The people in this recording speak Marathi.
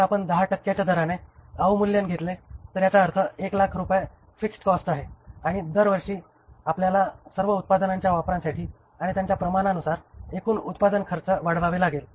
जर आपण दहा टक्क्यांच्या दराने अवमूल्यन घेतले तर याचा अर्थ 1 लाख रुपये फिक्स्ड कॉस्ट आहे आणि दर वर्षी आपल्याला सर्व उत्पादनांच्या वापरासाठी आणि त्यांच्या प्रमाणानुसार एकूण उत्पादन खर्च वाढवावे लागेल